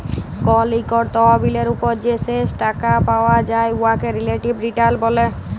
call ইকট তহবিলের উপর যে শেষ টাকা পাউয়া যায় উয়াকে রিলেটিভ রিটার্ল ব্যলে